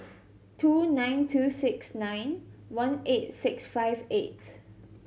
two nine two six nine one eight six five eight